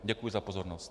Děkuji za pozornost.